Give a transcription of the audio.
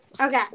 Okay